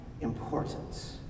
importance